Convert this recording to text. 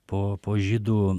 po po žydų